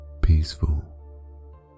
peaceful